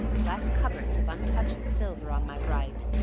glass cupboards of untouched silver on my right,